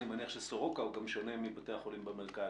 אני מניח שסורוקה הוא גם שונה מבתי החולים במרכז.